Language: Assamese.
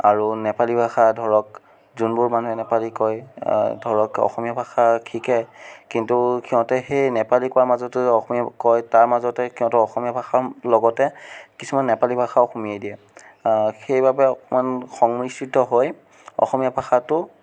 আৰু নেপালী ভাষা ধৰক যোনবোৰ মানুহে নেপালী কয় ধৰক অসমীয়া ভাষা শিকে কিন্তু সিহঁতে সেই নেপালী কোৱাৰ মাজতো অসমীয়া কয় তাৰ মাজতে সিহঁতে অসমীয়া ভাষাৰ লগতে কিছুমান নেপালী ভাষাও সোমোৱাই দিয়ে সেইবাবে অকণমান সংমিশ্ৰিত হৈ অসমীয়া ভাষাটো